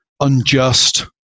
unjust